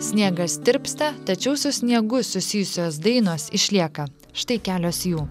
sniegas tirpsta tačiau su sniegu susijusios dainos išlieka štai kelios jų